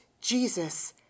Jesus